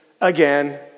again